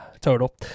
total